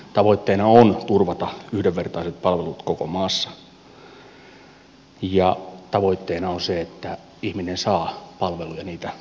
tavoitteena on turvata yhdenvertaiset palvelut koko maassa ja tavoitteena on se että ihminen saa palveluja niitä tarvitessaan